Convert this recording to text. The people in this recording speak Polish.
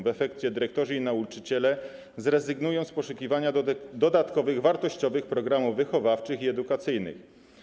W efekcie dyrektorzy i nauczyciele zrezygnują z poszukiwania dodatkowych wartościowych programów wychowawczych i edukacyjnych.